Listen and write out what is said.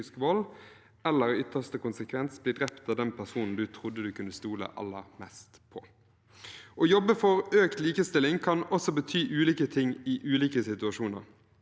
eller i ytterste konsekvens bli drept av den personen du trodde du kunne stole aller mest på. Å jobbe for økt likestilling kan også bety ulike ting i ulike situasjoner.